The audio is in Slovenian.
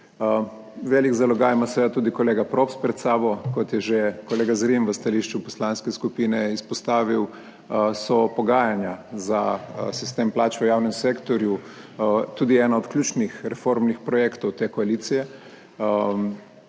Velik zalogaj ima seveda tudi kolega Props pred sabo. Kot je že kolega Rim v stališču poslanske skupine izpostavil, so pogajanja za sistem plač v javnem sektorju tudi ena od ključnih reformnih projektov te koalicije,